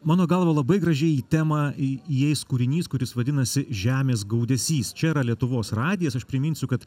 mano galva labai gražiai į temą į įeis kūrinys kuris vadinasi žemės gaudesys čia yra lietuvos radijas aš priminsiu kad